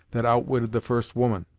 that outwitted the first woman